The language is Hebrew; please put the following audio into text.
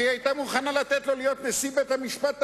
הרי היא היתה מוכנה לתת לו להיות נשיא בית-המשפט העליון,